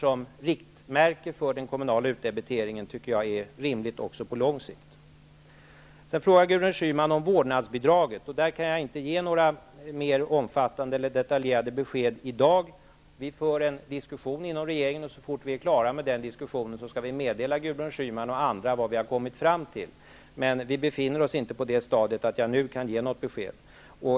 som riktmärke för den kommunala utdebiteringen är rimligt också på lång sikt. Gudrun Schyman frågade vidare om vårdnadsbidraget, och där kan jag inte ge några mer omfattande eller detaljerade besked i dag. Vi för en diskussion inom regeringen, och så fort vi är klara med den skall vi meddela Gudrun Schyman och andra vad vi har kommit fram till. Vi befinner oss inte på det stadiet att jag nu kan ge något besked.